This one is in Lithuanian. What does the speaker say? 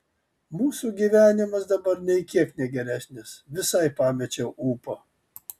mūsų gyvenimas dabar nei kiek ne geresnis visai pamečiau ūpą